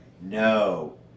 No